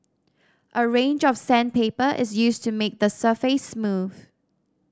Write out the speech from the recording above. a range of sandpaper is used to make the surface smooth